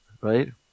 Right